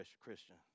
Christian